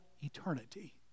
eternity